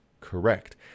correct